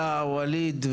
מיכאל מרדכי ביטון (יו"ר ועדת הכלכלה): ווליד,